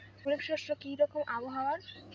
খরিফ শস্যে কি রকম আবহাওয়ার?